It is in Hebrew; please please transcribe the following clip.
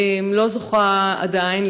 לא זוכה עדיין,